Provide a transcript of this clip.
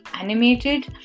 animated